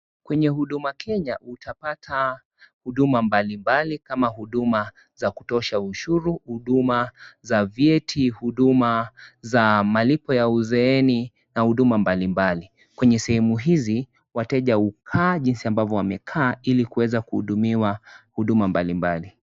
Kwenye Huduma Kenya, utapata huduma mbalimbali kama huduma ya kutosha ushuru, huduma za V.A.T,huduma za malipo ya uzeeni na huduma mbalimbali. Kwenye sehemu hizi, wateja hukaa jinsi ambavyo wamekaa ili waweze kuhudumiwa huduma mbalimbali.